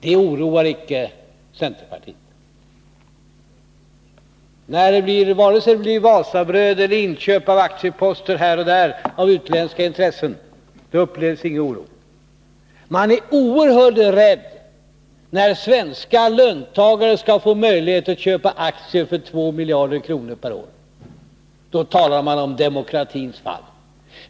Det oroar icke centerpartiet, vare sig det gäller utländska intressens uppköp av Wasabröd eller av olika enstaka aktieposter. Man är oerhört rädd när svenska löntagare skall få möjligheter att köpa aktier för 2 miljarder kronor per år. Då talar man om demokratins förfall.